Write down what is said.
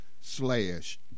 slash